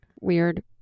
weird